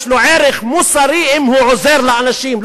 יש לו ערך מוסרי אם הוא עוזר לאנשים,